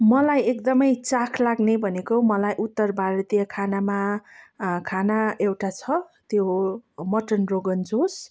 मलाई एकदमै चाख लाग्ने भनेको मलाई उत्तर भारतीय खानामा खाना एउटा छ त्यो हो मटन रोगन जोस